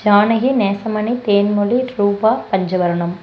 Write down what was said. Janaki Nesamani Thenmozhi Roopa Panchavarnam